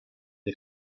the